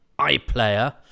iPlayer